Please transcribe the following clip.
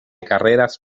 carreras